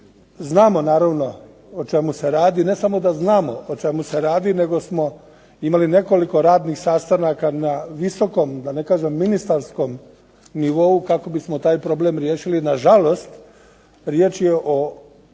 znamo naravno o čemu se radi. Ne samo da znamo o čemu se radi nego smo imali nekoliko radnih sastanaka na visokom, da ne kažem ministarskom nivou, kako bismo taj problem riješili. Nažalost, riječ je o